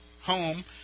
home